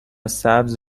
سبز